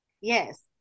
Yes